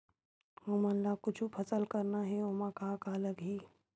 हमन ला कुछु फसल करना हे ओमा का का लगही?